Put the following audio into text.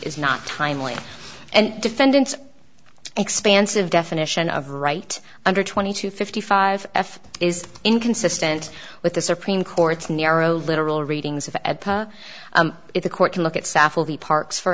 is not timely and defendants expansive definition of right under twenty two fifty five f is inconsistent with the supreme court's narrow literal readings of if the court can look at southwell the parks for